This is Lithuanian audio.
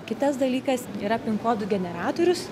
kitas dalykas yra pin kodų generatorius